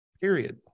Period